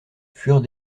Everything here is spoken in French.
furent